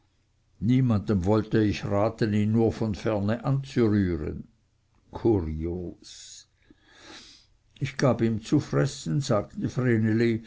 niemanden wollte ich raten ihn nur von ferne anzurühren kurios ich gab ihm zu fressen sagte